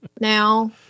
now